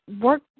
work